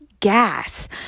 gas